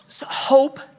hope